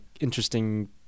interesting